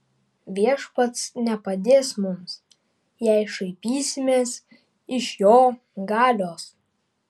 viešpats nepadės mums jei šaipysimės iš jo galios